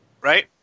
Right